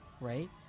right